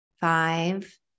Five